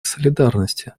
солидарности